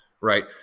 right